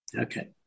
Okay